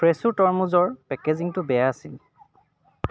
ফ্ৰেছো ৰমুজৰ পেকেজিঙটো বেয়া আছিল